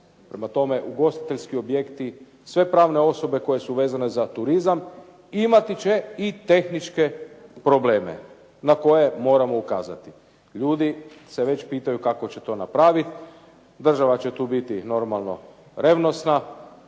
prema tome ugostiteljski objekti sve pravne osobe koje su vezane za turizam imati će i tehničke probleme na koje moramo ukazati. Ljudi se već pitaju kako će to napraviti, država će tu biti normalno revnosna,